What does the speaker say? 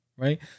Right